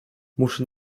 muszę